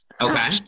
Okay